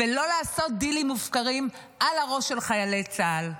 ולא לעשות דילים מופקרים על הראש של חיילי צה"ל.